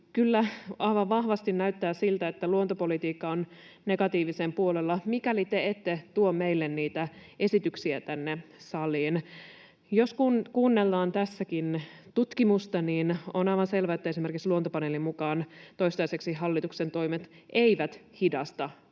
aivan vahvasti näyttää siltä, että luontopolitiikka on negatiivisen puolella, mikäli te ette tuo meille niitä esityksiä tänne saliin. Jos kuunnellaan tässäkin tutkimusta, niin on aivan selvää, että esimerkiksi Luontopaneelin mukaan toistaiseksi hallituksen toimet eivät hidasta luontokatoa